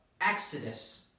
Exodus